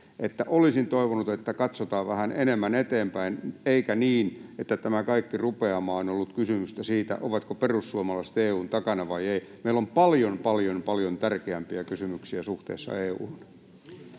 olisin toivonut, että katsotaan vähän enemmän eteenpäin eikä niin, että tässä kaikessa rupeamassa on ollut kysymys siitä, ovatko perussuomalaiset EU:n takana vai eivätkö. Meillä on paljon, paljon, paljon tärkeämpiä kysymyksiä suhteessa EU:hun.